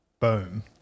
Boom